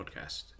podcast